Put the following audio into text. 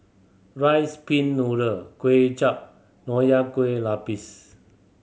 rice pin noodle Kway Chap Nonya Kueh Lapis